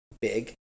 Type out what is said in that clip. big